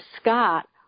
Scott